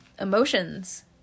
emotions